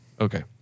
okay